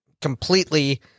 completely